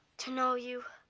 to know you,